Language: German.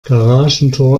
garagentor